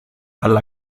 alla